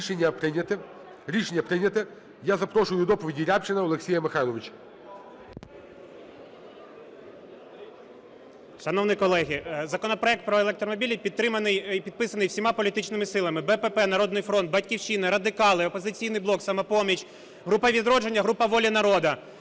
Рішення прийнято. Я запрошую до доповіді Рябчина Олексія Михайловича. 13:43:11 РЯБЧИН О.М. Шановні колеги, законопроект про електромобілі підтриманий і підписаний всіма політичними силами: БПП, "Народний фронт", "Батьківщина", Радикали, "Опозиційний блок", "Самопоміч", група "Відродження", група "Воля народу".